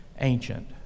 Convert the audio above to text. ancient